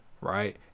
Right